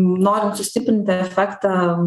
norint sustiprinti efektą